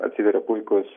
atsiveria puikūs